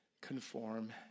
conform